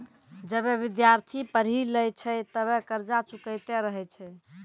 जबे विद्यार्थी पढ़ी लै छै तबे कर्जा चुकैतें रहै छै